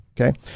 Okay